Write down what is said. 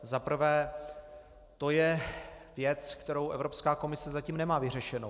Za prvé to je věc, kterou Evropská komise zatím nemá vyřešenou.